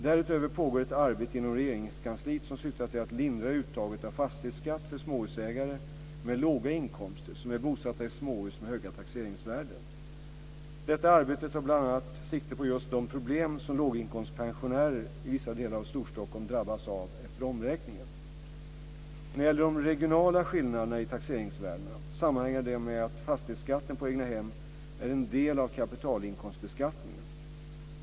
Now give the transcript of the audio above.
Därutöver pågår ett arbete inom Regeringskansliet som syftar till att lindra uttaget av fastighetsskatt för småhusägare med låga inkomster som är bosatta i småhus med höga taxeringsvärden. Detta arbete tar bl.a. sikte på just de problem som låginkomstpensionärer i vissa delar av Storstockholm drabbas av efter omräkningen. När det gäller de regionala skillnaderna i taxeringsvärdena sammanhänger de med att fastighetsskatten på egnahem är en del av kapitalinkomstbeskattningen.